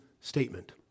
statement